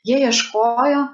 jie ieškojo